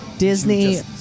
Disney